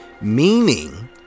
Meaning